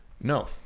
No